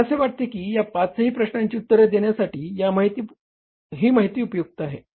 मला असे वाटते की या पाचही प्रश्नांची उत्तरे देण्यासाठी ही माहिती उपयुक्त आहे